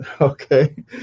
okay